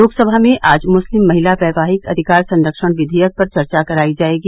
लोकसभा में आज मुस्लिम महिला वैवाहिक अधिकार संरक्षण विधेयक पर चर्चा करायी जाएगी